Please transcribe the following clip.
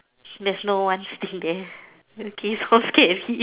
there's no one sitting there okay so scary